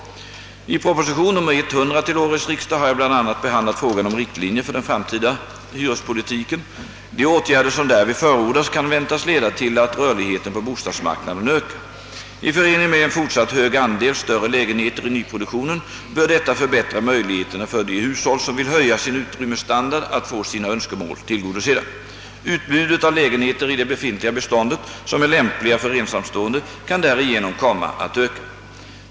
I proposition nr 100 till årets riksdag har jag bl.a. behandlat frågan om riktlinjer för den framtida hyrespolitiken. De åtgärder som därvid förordas kan väntas leda till att rörligheten på bostadsmarknaden ökar. I förening med en fortsatt hög andel större lägenheter i nyproduktionen bör detta förbättra möjligheterna för de hushåll som vill höja sin utrymmesstandard att få sina önskemål tillgodosedda. Utbudet av lägenheter i det befintliga beståndet, som är lämpliga för ensamstående, kan därigenom komma att öka.